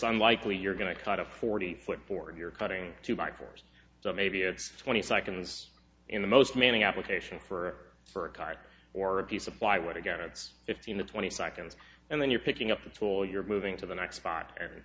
unlikely you're going to cut a forty foot forward you're cutting two by fours so maybe it's twenty seconds in the most manning application for for a cart or a piece of plywood again it's fifteen to twenty seconds and then you're picking up the tool you're moving to the next spot and